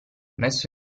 messo